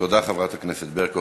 תודה, חברת הכנסת ברקו.